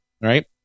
right